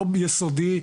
לא ביסודי,